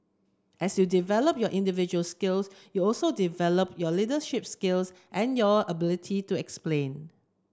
as you develop your individual skills you also develop your leadership skills and your ability to explain